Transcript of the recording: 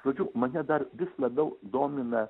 žodžiu mane dar vis labiau domina